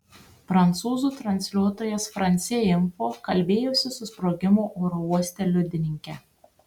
prancūzų transliuotojas france info kalbėjosi su sprogimo oro uoste liudininke